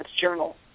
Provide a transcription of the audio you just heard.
journal